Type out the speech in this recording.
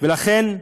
לכן,